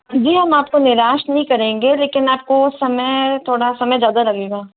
जी हम आपको निराश नहीं करेंगे लेकिन आपको समय थोड़ा समय ज़्यादा लगेगा